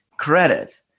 Credit